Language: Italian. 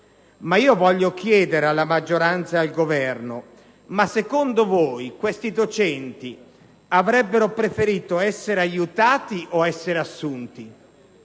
Voglio chiedere alla maggioranza e al Governo: secondo voi, questi docenti avrebbero preferito essere aiutati o essere assunti?